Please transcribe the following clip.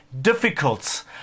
difficult